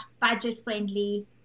budget-friendly